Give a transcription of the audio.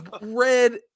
red